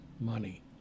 money